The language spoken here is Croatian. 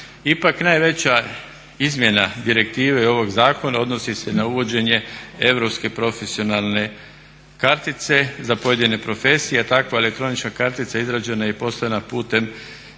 Ipak najveća izmjena direktive ovog zakona odnosi se na uvođenje europske profesionalne kartice za pojedine profesije. Takva elektronička kartica izrađena je i poslana putem